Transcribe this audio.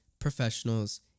professionals